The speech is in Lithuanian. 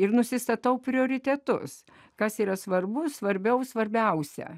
ir nusistatau prioritetus kas yra svarbu svarbiau svarbiausia